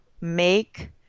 make